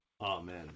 Amen